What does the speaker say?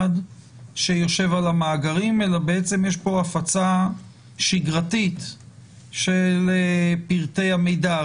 שיושב על המאגרים אלא בעצם יש פה הפצה שגרתית של פרטי המידע?